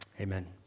Amen